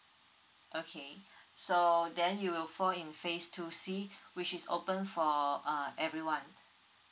okay so then you will fall in phase two C which is open for uh everyone